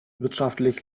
wirtschaftlich